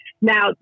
Now